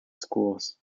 schools